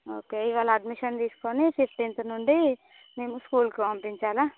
okay ఇవాళ admission తీసుకొని fifteenth నుండి మేము స్కూల్కి పంపించాలా